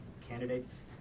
candidates